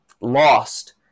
lost